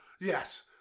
Yes